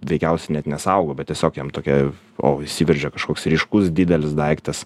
veikiausiai net nesaugo bet tiesiog jam tokia o įsiveržė kažkoks ryškus didelis daiktas